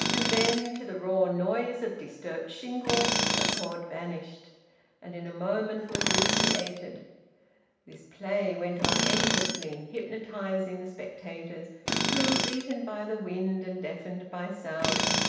and then, to the raw noise of disturbed shingle, the chord vanished and in moment was re-created. this play went on endlessly, hypnotising the spectators who, beaten by the wind and deafened by sound,